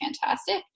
fantastic